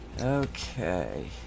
Okay